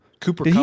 Cooper